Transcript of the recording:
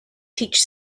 teach